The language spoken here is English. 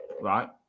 Right